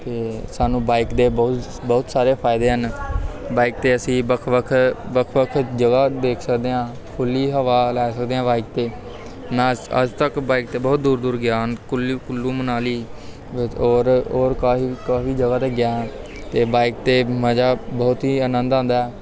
ਅਤੇ ਸਾਨੂੰ ਬਾਇਕ ਦੇ ਬਹੁਤ ਬਹੁਤ ਸਾਰੇ ਫ਼ਾਇਦੇ ਹਨ ਬਾਈਕ 'ਤੇ ਅਸੀਂ ਵੱਖ ਵੱਖ ਵੱਖ ਵੱਖ ਜਗ੍ਹਾ ਦੇਖ ਸਕਦੇ ਹਾਂ ਖੁੱਲ੍ਹੀ ਹਵਾ ਲੈ ਸਕਦੇ ਹਾਂ ਬਾਇਕ 'ਤੇ ਮੈਂ ਅੱਜ ਅੱਜ ਤੱਕ ਬਾਇਕ 'ਤੇ ਬਹੁਤ ਦੂਰ ਦੂਰ ਗਿਆ ਕੁੱਲੀ ਕੁੱਲੂ ਮਨਾਲੀ ਔਰ ਔਰ ਕਾਫ਼ੀ ਕਾਫ਼ੀ ਜਗ੍ਹਾ 'ਤੇ ਗਿਆ ਹਾਂ ਅਤੇ ਬਾਇਕ 'ਤੇ ਮਜ਼ਾ ਬਹੁਤ ਹੀ ਆਨੰਦ ਆਉਂਦਾ ਹੈ